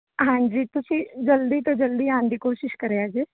ਹਾਂਜੀ ਤੁਸੀਂ ਜਲਦੀ ਤੋਂ ਜਲਦੀ ਆਣ ਦੀ ਕੋਸ਼ਿਸ਼ ਕਰਿਆ ਜੇ